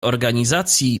organizacji